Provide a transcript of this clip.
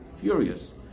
furious